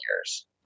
years